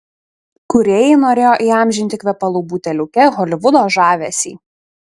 kūrėjai norėjo įamžinti kvepalų buteliuke holivudo žavesį